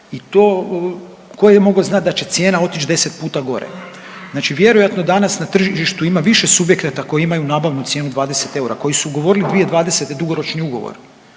i to tko je mogao znati da će cijena otići 10 puta gore. Znači vjerojatno danas na tržištu ima više subjekata koji imaju nabavnu cijenu 20 eura, koji su ugovorili 2020. dugoročni ugovor.